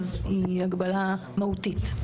אז היא הגבלה מהותית.